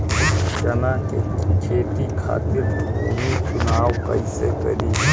चना के खेती खातिर भूमी चुनाव कईसे करी?